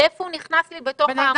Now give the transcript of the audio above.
לאיפה הוא נכנס לי בתוך העמודות.